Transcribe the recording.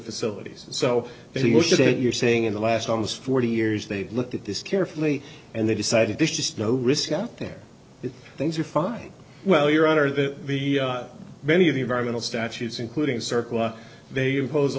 facilities so you're saying in the last almost forty years they've looked at this carefully and they decided there's just no risk out there that things are fine well your honor the many of the environmental statutes including circle they impose a